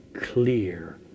clear